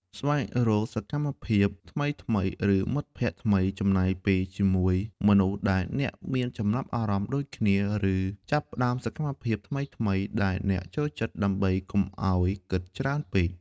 ស្វែងរកសកម្មភាពថ្មីៗ ឬមិត្តភក្តិថ្មី ចំណាយពេលជាមួយមនុស្សដែលអ្នកមានចំណាប់អារម្មណ៍ដូចគ្នា ឬចាប់ផ្តើមសកម្មភាពថ្មីៗដែលអ្នកចូលចិត្ត ដើម្បីកុំឲ្យគិតច្រើនពេក។